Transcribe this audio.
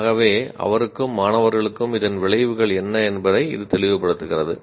ஆகவே அவருக்கும் மாணவர்களுக்கும் இதன் விளைவுகள் என்ன என்பதை இது தெளிவுபடுத்துகிறது